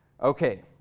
Okay